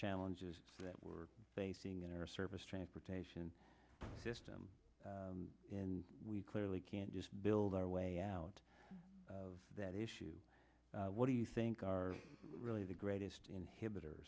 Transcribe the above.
challenges that we're facing in our service transportation system and we clearly can't just build our way out of that issue what do you think are really the greatest inhibitor